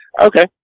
Okay